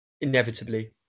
inevitably